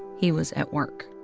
he was at work.